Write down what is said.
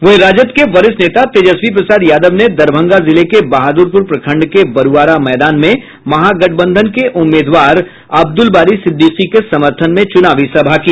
वहीं राजद के वरिष्ठ नेता तेजस्वी प्रसाद यादव ने दरभंगा जिले के बहादुरपुर प्रखंड के बरूआरा मैदान में महागठबंधन के उम्मीदवार अब्दुलबारी सिद्दीकी के समर्थन में चूनावी सभा की